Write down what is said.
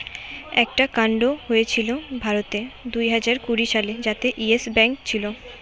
একটা কান্ড হয়েছিল ভারতে দুইহাজার কুড়ি সালে যাতে ইয়েস ব্যাঙ্ক ছিল